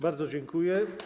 Bardzo dziękuję.